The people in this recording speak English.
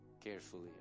carefully